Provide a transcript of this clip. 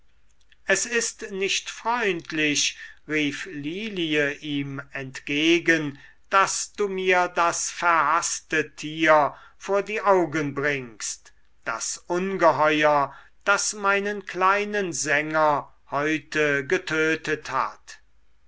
es ist nicht freundlich rief lilie ihm entgegen daß du mir das verhaßte tier vor die augen bringst das ungeheuer das meinen kleinen sänger heute getötet hat